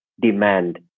demand